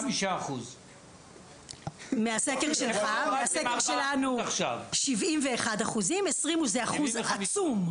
75%. מהסקר שלך, מהסקר שלנו 71%. זה אחוז עצום.